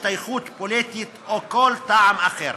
השתייכות פוליטית או כל טעם אחר.